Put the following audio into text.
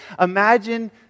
Imagine